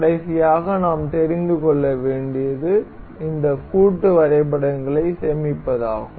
கடைசியாக நாம் தெரிந்து கொள்ள வேண்டியது இந்த கூட்டு வரைபடங்களை சேமிப்பதாகும்